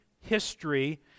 history